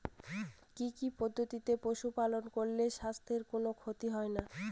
কি কি পদ্ধতিতে পশু পালন করলে স্বাস্থ্যের কোন ক্ষতি হয় না?